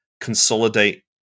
consolidate